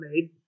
made